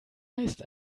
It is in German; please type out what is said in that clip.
heißt